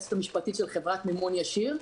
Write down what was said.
היועצת המשפטית של חברת מימון ישיר.